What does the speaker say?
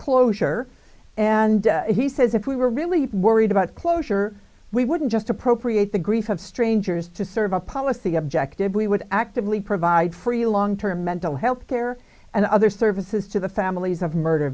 closure and he says if we were really worried about closure we wouldn't just appropriate the grief of strangers to serve a policy objective we would actively provide free long term mental health care and other services to the families of murder